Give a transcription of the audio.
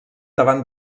davant